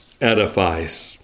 edifies